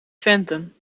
venten